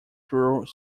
through